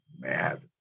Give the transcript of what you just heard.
mad